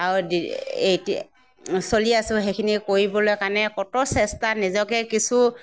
আৰু দি এতিয়া চলি আছোঁ সেইখিনি কৰিবলৈ কাৰণে কত চেষ্টা নিজকে কিছু